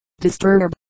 Disturb